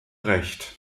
recht